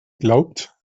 glaubt